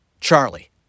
Charlie